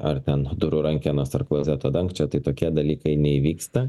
ar ten durų rankenos ar klozeto dangčio tai tokie dalykai neįvyksta